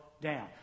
down